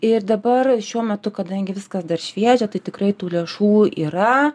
ir dabar šiuo metu kadangi viskas dar šviežia tai tikrai tų lėšų yra